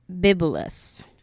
Bibulus